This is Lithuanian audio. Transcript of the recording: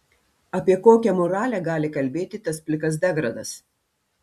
apie kokią moralę gali kalbėti tas plikas degradas